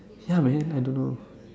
ya man I don't know